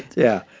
yeah,